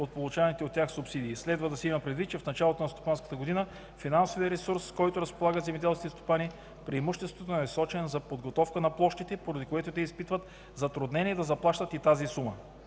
от получаваните от тях субсидии. Следва да се има предвид, че в началото на стопанската година преимуществото на финансовия ресурс, с който разполагат земеделските стопани, е насочен за подготовка на площите, поради което те изпитват затруднение да заплащат и тази сума.